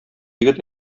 егет